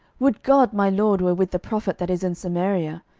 would god my lord were with the prophet that is in samaria!